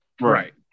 Right